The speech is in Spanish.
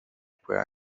pueda